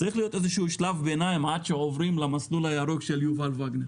שצריך להיות איזה שלב ביניים עד שעוברים למסלול הירוק של יובל וגנר.